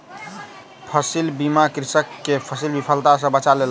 फसील बीमा कृषक के फसील विफलता सॅ बचा लेलक